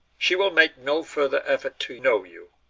she will make no further effort to know you.